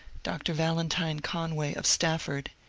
dr. valentine conway of stafford.